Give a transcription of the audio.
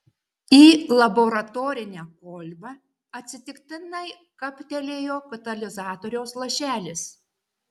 į laboratorinę kolbą atsitiktinai kaptelėjo katalizatoriaus lašelis